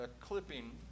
clipping